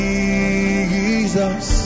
Jesus